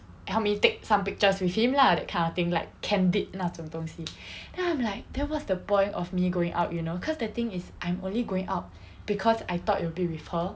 help me take some pictures with him lah that kind of thing like candid 那种东西 then I'm like then what's the point of me going out you know cause the thing is I'm only going out because I thought it will be with her